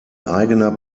eigener